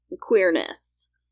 queerness